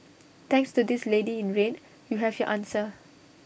thanks to this lady in red you have your answer